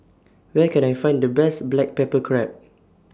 Where Can I Find The Best Black Pepper Crab